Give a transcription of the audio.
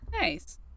nice